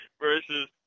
versus